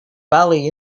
bali